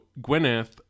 Gwyneth